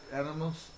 animals